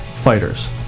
fighters